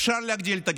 אפשר להגדיל את הגירעון,